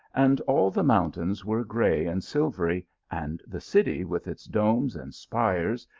and all the mountains were gray and silvery, and the city, with its domes and spires,